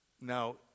Now